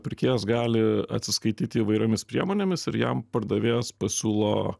pirkėjas gali atsiskaityti įvairiomis priemonėmis ir jam pardavėjas pasiūlo